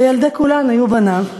וילדי כולן היו בניו.